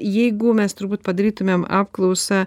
jeigu mes turbūt padarytumėm apklausą